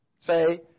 Say